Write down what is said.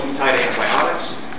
antibiotics